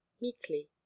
meekly